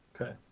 Okay